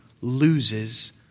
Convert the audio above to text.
loses